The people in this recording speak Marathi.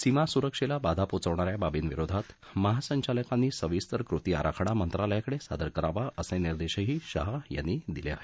सीमासुरक्षेला बाधा पोचवणा या बाबींविरोधात महासंचालकांनी सविस्तर कृती आराखडा मंत्रालयाकडे सादर करावेत असे निर्देशही शाह यांनी दिले आहेत